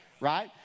right